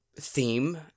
theme